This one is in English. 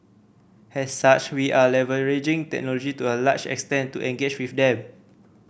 as such we are leveraging technology to a large extent to engage with them